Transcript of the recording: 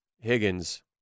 Higgins